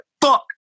fuck